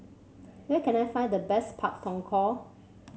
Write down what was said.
where can I find the best Pak Thong Ko